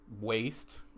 waste